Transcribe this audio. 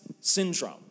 syndrome